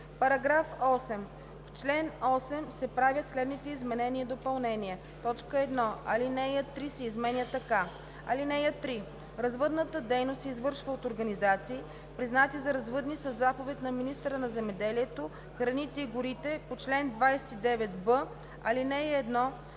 § 8: „§ 8. В чл. 8 се правят следните изменения и допълнения: 1. Алинея 3 се изменя така: „(3) Развъдната дейност се извършва от организации, признати за развъдни със заповед на министъра на земеделието, храните и горите по чл. 29б, ал. 1,